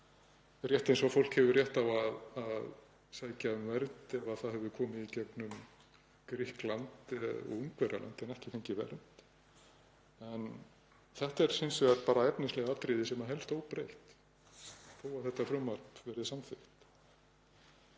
rétt eins og fólk hefur rétt á að sækja um vernd ef það hefur komið í gegnum Grikkland og Ungverjaland en ekki fengið vernd. Þetta er hins vegar bara efnislegt atriði sem helst óbreytt þó að þetta frumvarp verði samþykkt.